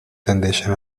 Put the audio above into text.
tendeixen